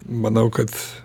manau kad